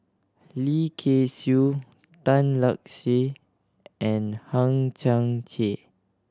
Lim Kay Siu Tan Lark Sye and Hang Chang Chieh